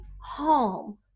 home